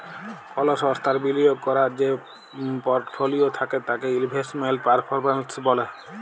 call সংস্থার বিলিয়গ ক্যরার যে পরটফলিও থ্যাকে তাকে ইলভেস্টমেল্ট পারফরম্যালস ব্যলে